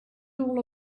all